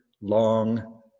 long